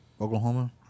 Oklahoma